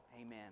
Amen